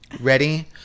Ready